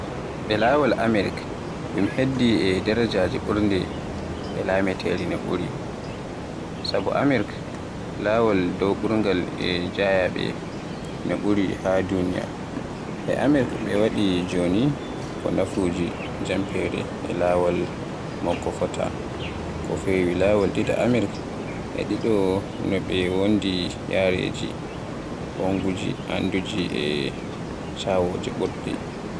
Ɓe laawol America, ɗum heddii e darajaaji ɓurɗe e laamateeri no ɓuri, sabu Amerk on laawol dow ɓurtal e jeyaaɓe no ɓuri ha duniya. E Amerk, ɓe waɗi jooni ko nafagude, jamfaare, e laawol makko fota. Ko feewi laawol ɗiɗi e Amerk e ɗoo, no ɓe wondi e yareji, ɓanggudeji, addinaaji e carwooji ɓurɗe.